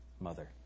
mother